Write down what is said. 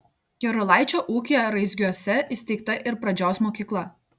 jarulaičio ūkyje raizgiuose įsteigta ir pradžios mokykla